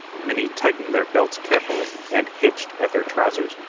many tightened their belts carefully and hitched at their trousers.